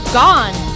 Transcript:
gone